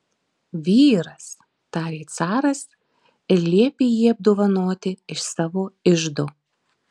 vyras tarė caras ir liepė jį apdovanoti iš savo iždo